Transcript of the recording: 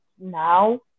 Now